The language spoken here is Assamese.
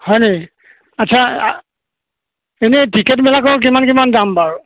হয় নি আচ্ছা এনেই টিকেটবিলাকৰ কিমান কিমান দাম বাৰু